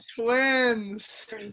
twins